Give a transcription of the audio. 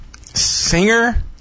Singer